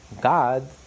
God